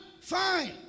fine